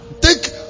take